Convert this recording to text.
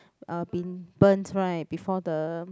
uh been burnt right before the